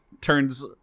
turns